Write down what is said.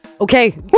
Okay